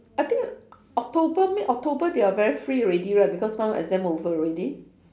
I think october mid october they are very free already right because now exam over already